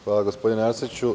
Hvala, gospodine Arsiću.